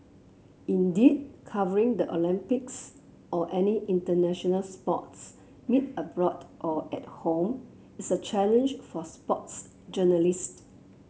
indeed covering the Olympics or any international sports meet abroad or at home is a challenge for sports journalist